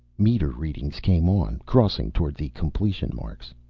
meter readings came on, crossing toward the completion marks.